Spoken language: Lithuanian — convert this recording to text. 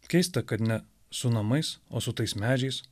keista kad ne su namais o su tais medžiais